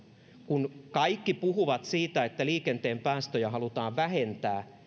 kun kaikki puhuvat siitä että liikenteen päästöjä halutaan vähentää